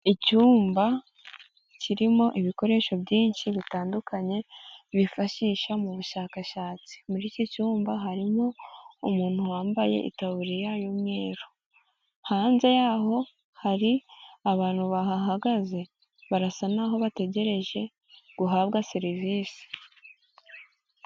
Icyumba kirimo ibikoresho byinshi bitandukanye, bifashisha mu bushakashatsi. Muri iki cyumba harimo umuntu wambaye itaburiya y'umweru. Hanze yaho hari abantu bahagaze barasa naho bategereje guhabwa serivisi.